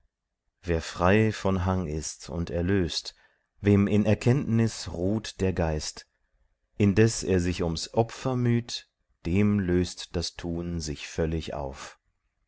wer frei von hang ist und erlöst wem in erkenntnis ruht der geist indeß er sich um's opfer müht dem löst das tun sich völlig auf